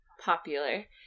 popular